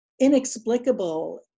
inexplicable